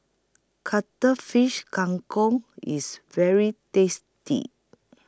Cuttlefish Kang Kong IS very tasty